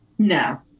No